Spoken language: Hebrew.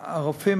הרופאים,